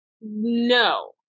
No